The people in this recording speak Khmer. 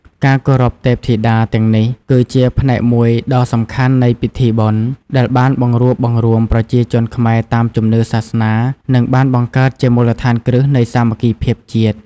ការគោរពទេពធីតាទាំងនេះគឺជាផ្នែកមួយដ៏សំខាន់នៃពិធីបុណ្យ ដែលបានបង្រួបបង្រួមប្រជាជនខ្មែរតាមជំនឿសាសនា និងបានបង្កើតជាមូលដ្ឋានគ្រឹះនៃសាមគ្គីភាពជាតិ។